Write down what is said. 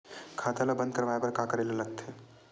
खाता ला बंद करवाय बार का करे ला लगथे?